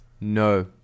No